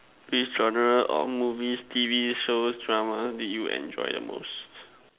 which genre of movies T_V shows Dramas did you enjoy the most